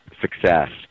success